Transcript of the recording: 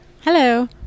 hello